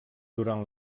durant